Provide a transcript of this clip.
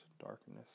darkness